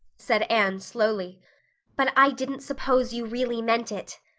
said anne slowly but i didn't suppose you really meant it.